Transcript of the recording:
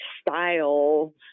style